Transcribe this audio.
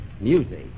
Music